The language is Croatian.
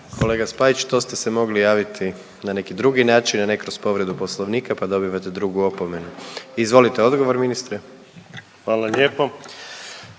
Kolega Spajić, to ste se mogli javiti na neki drugi način, a ne kroz povredu poslovnika, pa dobivate drugu opomenu. Izvolite odgovor ministre. **Piletić,